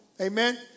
Amen